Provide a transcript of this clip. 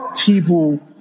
people